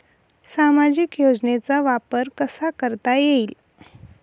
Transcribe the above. सामाजिक योजनेचा वापर कसा करता येईल?